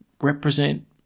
represent